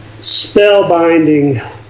spellbinding